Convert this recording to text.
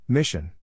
Mission